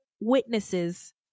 witnesses